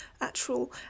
actual